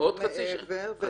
לא, מעבר.